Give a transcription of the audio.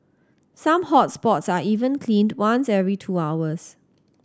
some hot spots are even cleaned once every two hours